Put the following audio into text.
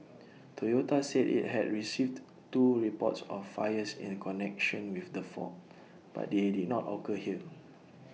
Toyota said IT had received two reports of fires in connection with the fault but they did not occur here